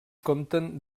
compten